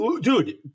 dude